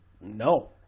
No